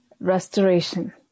restoration